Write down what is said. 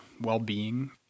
well-being